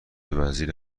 وزیر